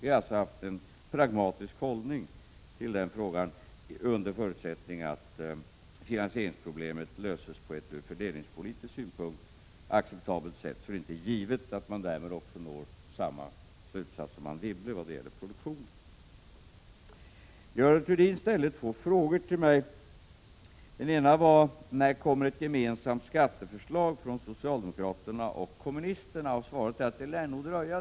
Vi har alltså haft en pragmatisk hållning till frågan under förutsättning att finansieringsproblemet löses på ett från fördelningspolitisk synpunkt acceptabelt sätt. Det är dock inte givet att man därmed kommer fram till samma slutsats som Anne Wibble när det gäller produktionen. Görel Thurdin ställde två frågor till mig. Den ena var: När kommer ett gemensamt skatteförslag från socialdemokraterna och kommunisterna? Svaret är att det lär nog dröja.